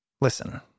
Listen